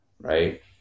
right